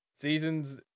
season's